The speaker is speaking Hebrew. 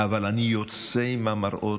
אבל אני יוצא עם המראות,